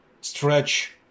stretch